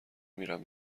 میرم